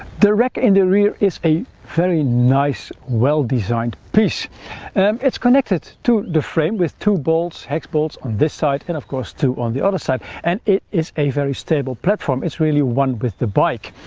the rack in the rear is a very nice well-designed piece it's connected to the frame with two hex bolts on this side and of course two on the other side and it is a very stable platform it's really one with the bike.